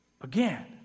Again